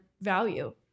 value